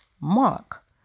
Mark